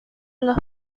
los